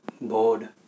bored